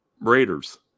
Raiders